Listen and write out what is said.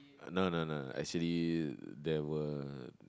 no no no actually there were